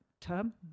term